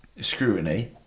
scrutiny